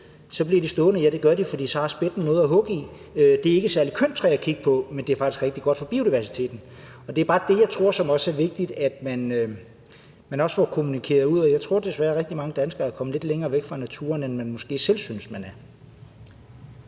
ud, bliver de stående, og ja, det gør de, for så har spætten noget at hugge i. Det er ikke et særlig kønt træ at kigge på, men det er faktisk rigtig godt for biodiversiteten. Det er bare det, jeg tror er vigtigt at man også får kommunikeret ud. Jeg tror desværre, at rigtig mange danskere er kommet lidt længere væk fra naturen, end man måske selv synes man er.